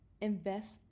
Invest